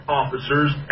officers